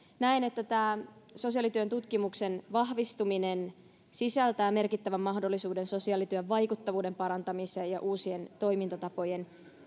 näen että sosiaalityön tutkimuksen vahvistuminen sisältää merkittävän mahdollisuuden sosiaalityön vaikuttavuuden parantamiseen ja uusien toimintatapojen